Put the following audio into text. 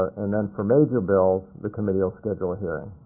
and then for major bills the committee will schedule a hearing.